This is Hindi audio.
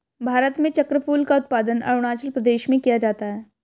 भारत में चक्रफूल का उत्पादन अरूणाचल प्रदेश में किया जाता है